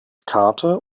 karte